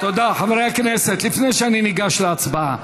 חברי הכנסת, לפני שאני ניגש להצבעה,